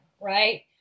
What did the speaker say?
right